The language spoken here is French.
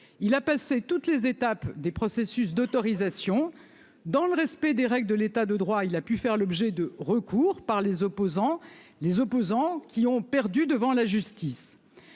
il a passé toutes les étapes des processus d'autorisation dans le respect des règles de l'état de droit, il a pu faire l'objet de recours par les opposants, les opposants qui ont perdu devant la justice,